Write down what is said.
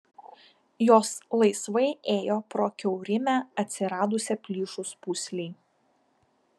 jos laisvai ėjo pro kiaurymę atsiradusią plyšus pūslei